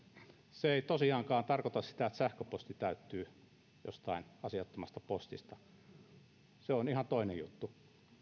se ei tosiaankaan tarkoita sitä että sähköposti täyttyy jostain asiattomasta postista se on ihan toinen juttu